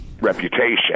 reputation